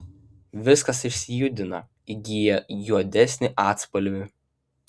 viskas išsijudina įgyja juodesnį atspalvį